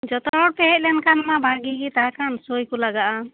ᱡᱷᱚᱛᱚ ᱦᱚᱲᱯᱮ ᱦᱮᱡ ᱞᱮᱱ ᱠᱷᱟᱱ ᱢᱟ ᱵᱷᱟᱜᱮ ᱜᱮ ᱛᱟᱦᱮᱸ ᱠᱟᱱ ᱥᱳᱭ ᱠᱚ ᱞᱟᱜᱟᱜᱼᱟ